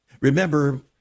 Remember